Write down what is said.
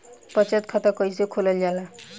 बचत खाता कइसे खोलल जाला?